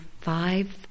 five